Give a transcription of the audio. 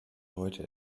heute